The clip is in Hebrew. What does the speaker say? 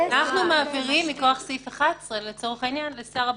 ש': אנחנו מעבירים מכוח סעיף 11 לשר הביטחון.